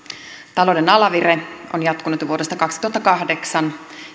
talouden alavire on jatkunut jo vuodesta kaksituhattakahdeksan